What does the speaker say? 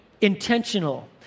intentional